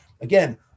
again